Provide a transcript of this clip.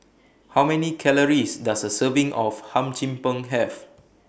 How Many Calories Does A Serving of Hum Chim Peng Have